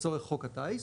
לצורך חוק הטיס.